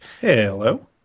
Hello